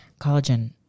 collagen